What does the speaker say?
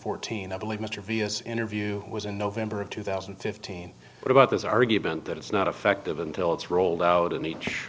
fourteen i believe mr vias interview was in november of two thousand and fifteen what about this argument that it's not effective until it's rolled out in each